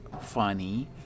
funny